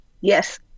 Yes